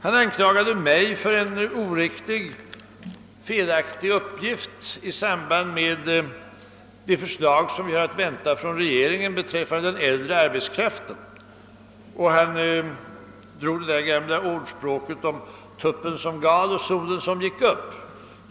Han anklagade mig också för oriktiga uppgifter i samband med det väntade förslaget från regeringen rörande den äldre arbetskraften och citerade det gamla ordspråket om tuppen som gal och solen som går upp.